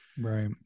Right